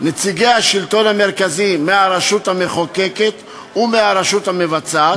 נציגי השלטון המרכזי מהרשות המחוקקת ומהרשות המבצעת,